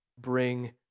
bring